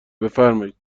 بفرمایید